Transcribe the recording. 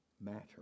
matter